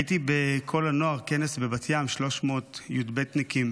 הייתי בקול הנוער, כנס בבת ים, 300 י"בניקים.